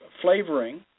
flavoring